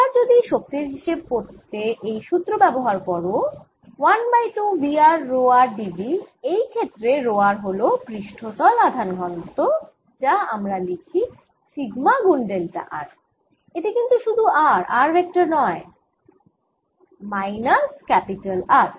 এবার যদি শক্তির হিসেব করতে এই সুত্র ব্যবহার করো 1 by 2 V r rho r dV এই ক্ষেত্রে রো r হল পৃষ্ঠতল আধান ঘনত্ব যা আমরা লিখি সিগমা গুন ডেল্টা r এটি কিন্তু শুধু r r ভেক্টর নয় মাইনাস R